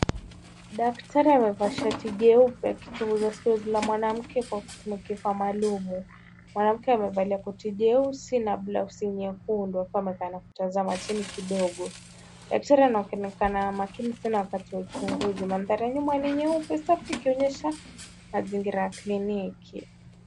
Daktari amevaa shati jeupe akichunguza sikio la mwanamke kwa kutumia kifaa maalum. Mwanamke amevalia koti jeusi na blouse nyekundu akiwa amekaa na kutazama chini kidogo. Daktari anaonekana makini sana wakati wa uchunguzi. Mandhari ya nyuma ni nyeupe safi ikionyesha mazingira ya kliniki.